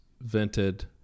vented